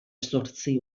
zortzi